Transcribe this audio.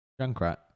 Junkrat